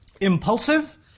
impulsive